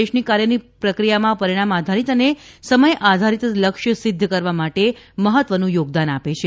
દેશની કાર્યની પ્રક્રિયામાં પરિણામ આધારીત અને સમય આધારિત લક્ષ્ય સિદ્ધ કરવા માટે મહત્વનું યોગદાન આપે છે